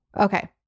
Okay